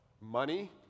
Money